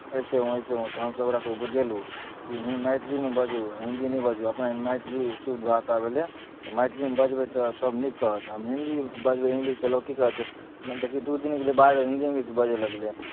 ऐसे हूँ ऐसे हूँ तऽ हमसभ ओकरासभकेँ बुझेलहुँ कि हिँ मैथिलीमे बाजू हिंदी नहि बाजू अपना मैथिली शुद्ध भाषा भेलै तऽ मैथिलीमे बजबै तऽ सभ नीक कहत आ हिंदी बजबै इंग्लिश तऽ लोक की कहतै देखियौ दू दिन गेलै बाहर हिंदी इंग्लिश बाजय लगलै